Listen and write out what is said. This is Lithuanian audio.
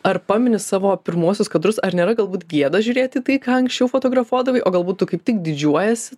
ar pameni savo pirmuosius kadrus ar nėra galbūt gėda žiūrėti į tai ką anksčiau fotografuodavai o galbūt tu kaip tik didžiuojiesi